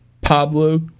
Pablo